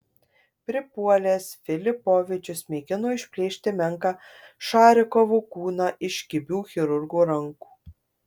pripuolęs filipovičius mėgino išplėšti menką šarikovo kūną iš kibių chirurgo rankų